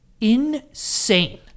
insane